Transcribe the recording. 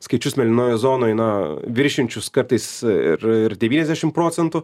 skaičius mėlynojoj zonoj na viršijančius kartais ir ir devyniasdešimt procentų